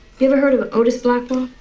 you ever heard of otis blackwell?